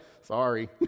sorry